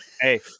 Hey